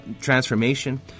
transformation